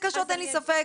אין לי ספק,